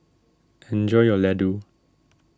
enjoy your Laddu